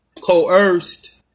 coerced